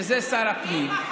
שזה שר הפנים,